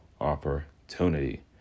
opportunity